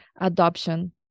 adoption